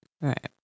Right